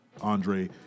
Andre